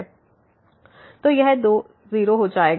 तो यह 0 पर जाएगा